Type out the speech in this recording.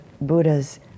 Buddha's